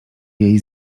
jej